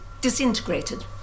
disintegrated